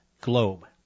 Globe